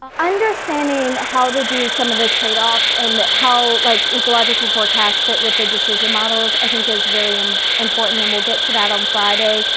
ah understanding how to do some of the trade-offs and how like ecological forecast fit with the decision models, i think, is really um important, and we'll get to that on friday.